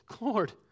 Lord